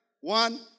One